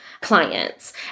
clients